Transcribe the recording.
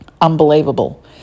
Unbelievable